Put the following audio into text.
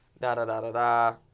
da-da-da-da-da